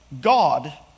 God